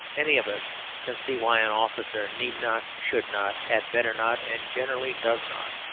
any of us can see why an officer need not, should not, had better not, and generally does not,